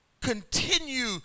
continue